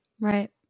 Right